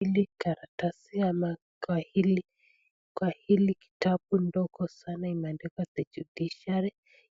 Hili karatasi ama kwa hili kwa hili kitabu ndogo sana imeandikwa the judiciary